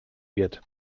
wird